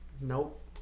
Nope